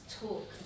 talk